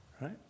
right